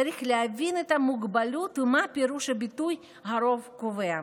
צריך להבין את המוגבלות ואת פירוש הביטוי "הרוב קובע".